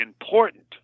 important